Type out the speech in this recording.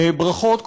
ברכות,